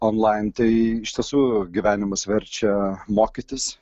online iš tiesų gyvenimas verčia mokytis